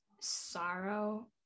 sorrow